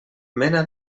mena